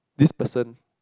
this person